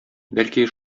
бәлки